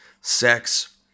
sex